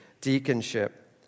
deaconship